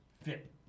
fit